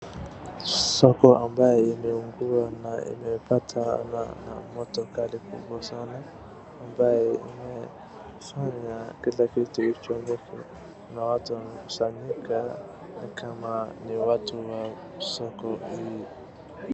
Soko ambayo imeungua na imepatana na moto kali kubwa sana ambayo imesanya kila kitu cha mutu na watu wamekusanyika ni kama ni watu wa soko hii.